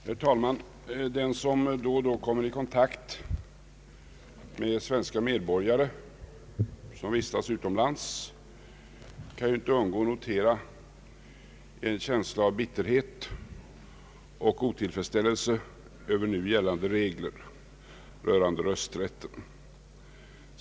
Herr talman! Den som då och då kommer i kontakt med svenska medborgare som vistas utomlands, kan inte undgå att notera att det råder en känsla av bitterhet och otillfredsställelse över nu gällande regler för rösträtten.